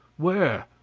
where?